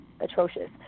atrocious